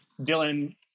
Dylan